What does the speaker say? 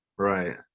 right?